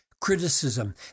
criticism